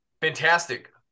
fantastic